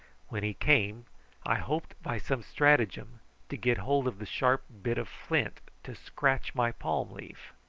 when he came i hoped by some stratagem to get hold of the sharp bit of flint to scratch my palm-leaf.